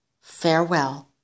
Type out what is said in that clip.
farewell